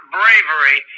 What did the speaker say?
bravery